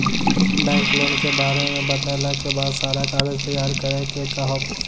Bank loan के बारे मे बतेला के बाद सारा कागज तैयार करे के कहब?